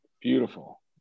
beautiful